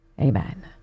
Amen